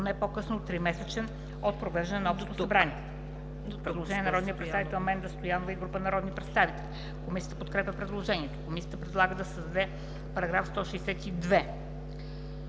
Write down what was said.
но не по-късно от тримесечен от провеждане на общото събрание”. Предложение на народния представител Менда Стоянова и група народни представители. Комисията подкрепя предложението. Комисията предлага да се създаде § 162: